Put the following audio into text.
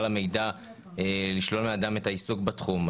המידע לשלול מהאדם את העיסוק בתחום,